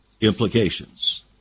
implications